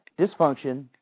Dysfunction